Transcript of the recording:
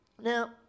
Now